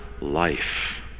life